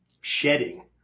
shedding